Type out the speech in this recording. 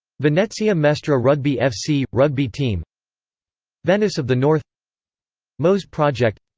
venezia mestre rugby fc rugby team venice of the north mose project